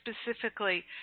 specifically